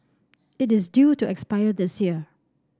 it is due to expire this year